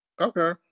Okay